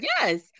Yes